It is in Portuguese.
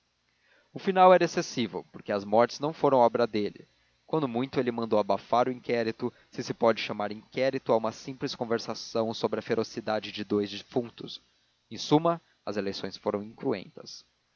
o final era excessivo porque as mortes não foram obra dele quando muito ele mandou abafar o inquérito se se pode chamar inquérito a uma simples conversação sobre a ferocidade dos dous defuntos em suma as eleições foram incruentas